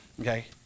Okay